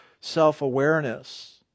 self-awareness